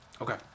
Okay